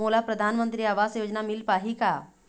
मोला परधानमंतरी आवास योजना मिल पाही का?